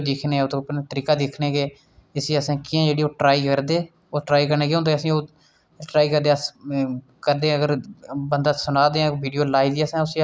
उस च गलांदियां न कि सूखे पीले पत्ते ते उप्परा डिग्गे दे ते पतझड़ दे मौसम च गिग्गी पौंदे पत्ते ते ओह् जेल्लै नमें पतें आंदे ते ओह् पिच्छें रेही जंदे